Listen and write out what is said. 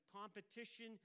competition